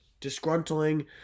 disgruntling